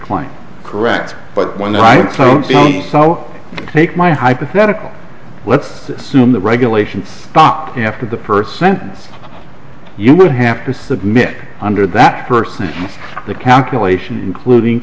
client correct but when i saw make my hypothetical let's assume the regulations stop after the first sentence you would have to submit under that person the calculation including